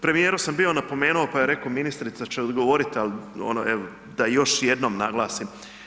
Premijeru sam bio napomenu pa je rekao ministrica će odgovorit, al ono evo da još jednom naglasim.